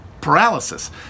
paralysis